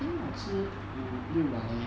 因为我吃五六碗而已